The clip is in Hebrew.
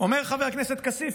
אומר חבר הכנסת כסיף,